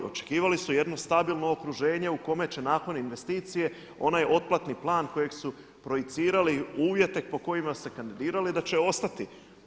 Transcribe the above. Očekivali su jedno stabilno okruženje u kome će nakon investicije onaj otplatni plan kojeg su projicirali uvjete po kojima se kandidirali i da će ostati.